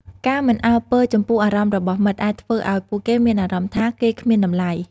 ការមិនអើពើចំពោះអារម្មណ៍របស់មិត្តអាចធ្វើឱ្យពួកគេមានអារម្មណ៍ថាគេគ្មានតម្លៃ។